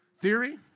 Theory